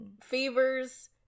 Fevers